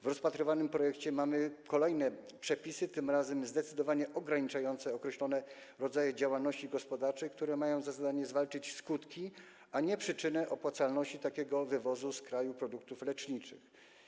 W rozpatrywanym projekcie mamy kolejne przepisy, tym razem zdecydowanie ograniczające określone rodzaje działalności gospodarczej, które mają za zadanie zwalczyć skutek, a nie przyczynę opłacalności takiego wywozu z kraju produktów leczniczych.